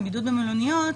לבידוד במלוניות,